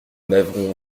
n’avons